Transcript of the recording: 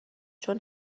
چون